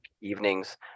evenings